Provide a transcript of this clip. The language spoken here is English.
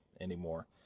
anymore